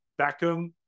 Beckham